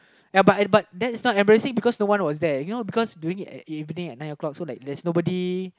ya but but that is not embarrassing because no one was there you know because doing it at evening at nine O-clock so like there's nobody